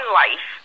life